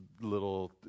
little